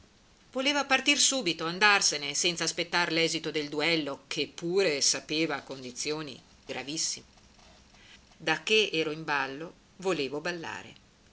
voleva partir subito andarsene senza aspettar l'esito del duello che pure sapeva a condizioni gravissime da che ero in ballo volevo ballare